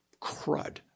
crud